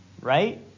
right